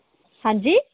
हां जी